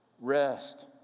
rest